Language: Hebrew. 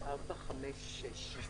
שישה בעד.